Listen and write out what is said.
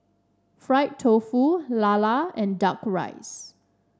Fried Tofu Lala and duck rice